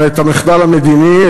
אבל את המחדל המדיני,